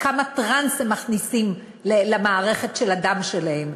כמה טראנס הם מכניסים למערכת של הדם שלהם,